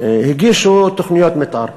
הגישו תוכניות מתאר,